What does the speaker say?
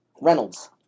Reynolds